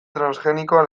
transgenikoa